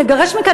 לגרש מכאן,